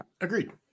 Agreed